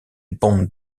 bond